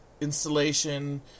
installation